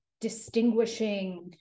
distinguishing